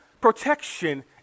protection